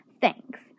Thanks